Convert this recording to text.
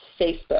Facebook